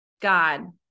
God